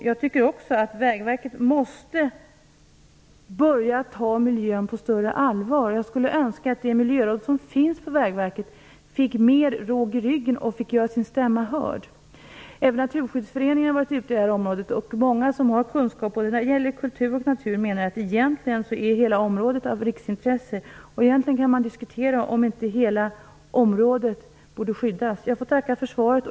Jag tycker också att man från Vägverket måste börja att ta miljön på större allvar. Jag önskar att det miljöråd som finns på Vägverket fick mer råg i ryggen och fick göra sin stämma hörd. Även Naturskyddsföreningen har varit ute i detta område. Många som har kunskap när det gäller både kultur och natur menar att hela området egentligen är av riksintresse. Man kan diskutera om inte hela området borde skyddas. Jag får tacka för svaret.